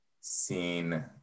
seen